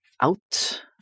out